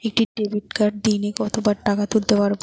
একটি ডেবিটকার্ড দিনে কতবার টাকা তুলতে পারব?